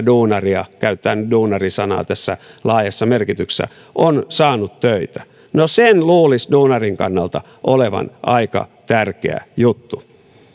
duunaria käytän duunari sanaa tässä laajassa merkityksessä on saanut töitä no sen luulisi duunarin kannalta olevan aika tärkeä juttu